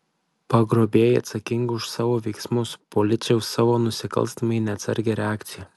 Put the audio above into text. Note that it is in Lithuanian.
pagrobėjai atsakingi už savo veiksmus policija už savo nusikalstamai neatsargią reakciją